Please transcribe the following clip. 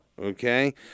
Okay